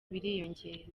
biriyongera